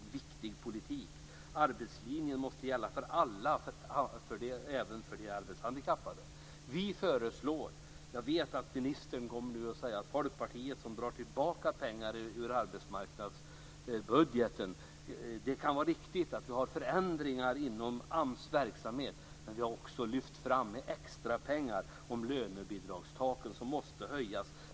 Arbetslinjen måste gälla för alla - även för de arbetshandikappade. Vi har ett förslag. Jag vet att ministern kommer att säga att Folkpartiet drar tillbaka pengar ur arbetsmarknadsbudgeten. Det kan vara riktigt att vi föreslår förändringar inom AMS verksamhet, men vi har också lyft fram extrapengar. Lönebidragstaken måste höjas.